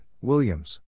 Williams